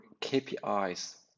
KPIs